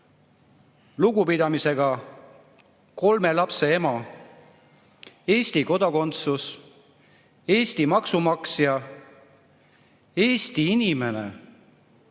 Lugupidamisega kolme lapse ema, Eesti kodakondsus, Eesti maksumaksja, Eesti inimene,